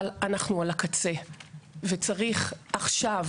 אבל אנחנו על הקצה וצריך עכשיו,